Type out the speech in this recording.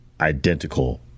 Identical